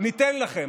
ניתן לכם,